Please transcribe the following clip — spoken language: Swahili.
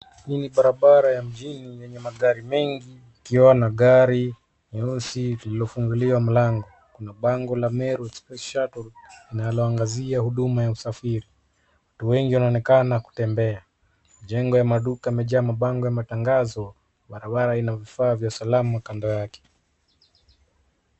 Hii ni barabara ya mjini yenye magari mengi ikiwa na gari nyeusi lililo funguliwa mlango na bango la Meru express shuttle linaloangazia huduma ya usafiri. Wengi wanaonekana kutembea. Majengo ya maduka yamejaa mabango ya matangazo. Barabara ina vifaa vya usalama kando yake.